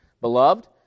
Beloved